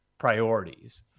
priorities